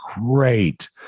great